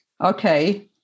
Okay